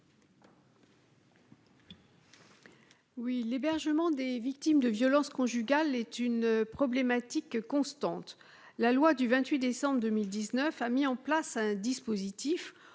L'hébergement des victimes de violences conjugales est une problématique constante. La loi du 28 décembre 2019 visant à agir contre